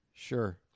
Sure